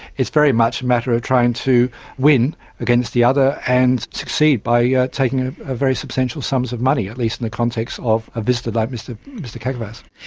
it's very much a matter of trying to win against the other and succeed by yeah taking ah ah very substantial sums of money, at least in the context of a visitor like mr mr kakavas.